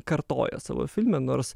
kartoja savo filme nors